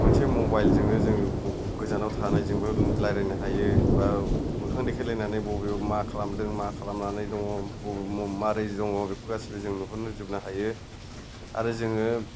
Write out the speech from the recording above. मोनसे मबायल जोंनो जोङो गोजानाव थानायजोंबो रायज्लायनो हायो बा मोखां देखायलायनानै बबेयाव मा खालामदों मा खालामनानै दङ मारै दङ बेखौ गासिबो जों नुहुरजोबनो हायो आरो जोङो